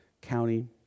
County